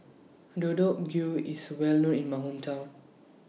Deodeok IS Well known in My Hometown